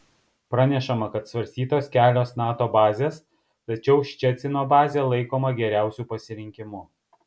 pranešama kad svarstytos kelios nato bazės tačiau ščecino bazė laikoma geriausiu pasirinkimu